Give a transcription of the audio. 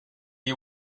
you